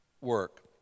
work